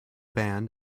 band